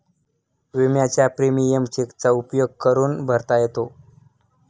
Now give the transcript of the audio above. विम्याचा प्रीमियम चेकचा उपयोग करून भरता येतो